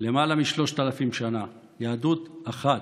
למעלה משלושת אלפי שנה יהדות אחת,